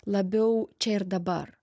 labiau čia ir dabar